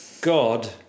God